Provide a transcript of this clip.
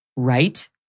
Right